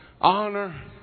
honor